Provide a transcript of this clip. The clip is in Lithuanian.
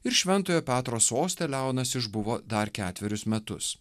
ir šventojo petro soste leonas išbuvo dar ketverius metus